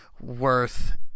worth